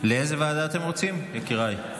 לאיזו ועדה אתם רוצים, יקיריי?